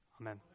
Amen